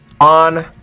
on